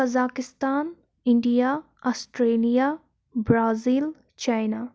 Kazakhstan India Australia Brazil China